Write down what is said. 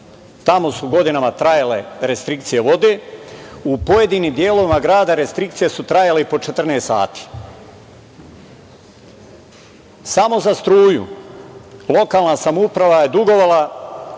Tamo su godinama trajale restrikcije vode. U pojedinim delovima grada restrikcije su trajale i po 14 sati. Samo za struju lokalna samouprava je dugovala